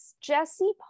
Jesse